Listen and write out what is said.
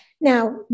Now